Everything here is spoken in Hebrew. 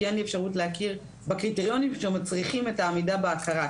כי אין לי אפשרות להכיר בקריטריונים שמצריכים את העמידה בהכרה.